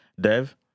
Dev